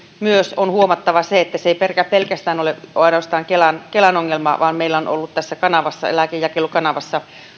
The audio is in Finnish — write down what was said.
on huomattava myös se että se ei ole ainoastaan kelan kelan ongelma vaan meillä on ollut kanavaan lääkejakelukanavaan